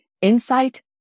Insight